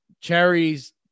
cherries